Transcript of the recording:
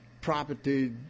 property